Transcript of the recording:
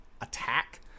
attack